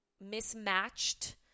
mismatched